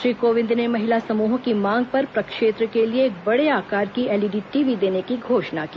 श्री कोविंद ने महिला समूहों की मांग पर प्रक्षेत्र के लिए एक बड़े आकार की एलईडी टीवी देने की घोषणा की